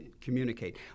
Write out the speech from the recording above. communicate